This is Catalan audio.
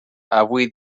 avui